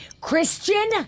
christian